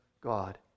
God